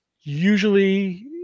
usually